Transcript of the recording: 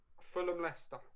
Fulham-Leicester